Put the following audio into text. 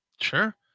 Sure